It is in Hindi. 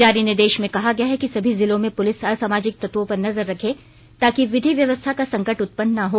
जारी निर्देश में कहा गया है कि सभी जिलों में पुलिस असामाजिक तत्वों पर नजर रखे ताकि विधि व्यवस्था का संकट उत्पन्न न हो